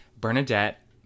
Bernadette